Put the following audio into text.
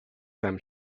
time